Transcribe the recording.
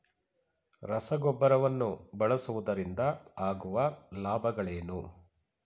ರಸಗೊಬ್ಬರವನ್ನು ಬಳಸುವುದರಿಂದ ಆಗುವ ಲಾಭಗಳೇನು?